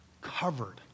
covered